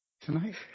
Tonight